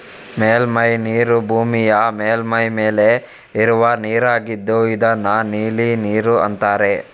ಮೇಲ್ಮೈ ನೀರು ಭೂಮಿಯ ಮೇಲ್ಮೈ ಮೇಲೆ ಇರುವ ನೀರಾಗಿದ್ದು ಇದನ್ನ ನೀಲಿ ನೀರು ಅಂತಾರೆ